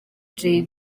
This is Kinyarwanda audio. jay